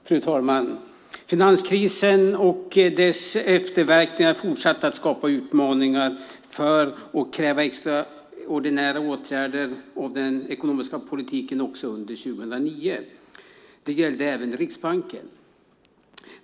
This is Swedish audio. Fru talman! Finanskrisen och dess efterverkningar har fortsatt att skapa utmaningar för och kräva extraordinära åtgärder av den ekonomiska politiken också under 2009. Det gällde även Riksbanken.